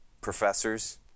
professors